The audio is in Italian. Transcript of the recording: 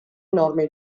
norme